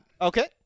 Okay